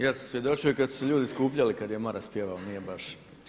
Ja sam svjedočio i kad su se ljudi skupljali kad je Maras pjevao, nije baš.